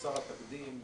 חסר התקדים,